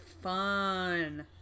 Fun